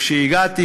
כשהגעתי,